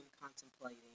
contemplating